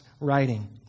writing